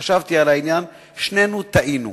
חשבתי על העניין, שנינו טעינו.